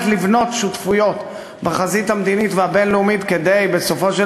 לבנות שותפויות בחזית המדינית והבין-לאומית כדי בסופו של